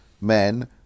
men